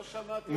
לא שמעתי,